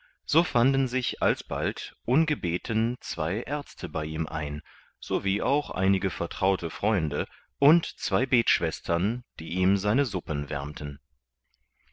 so fanden sich alsbald ungebeten zwei aerzte bei ihm ein so wie auch einige vertraute freunde und zwei betschwestern die ihm seine suppen wärmten